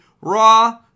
Raw